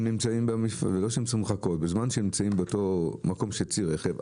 נמצאים באותו מקום שנמצא בו צי הרכב.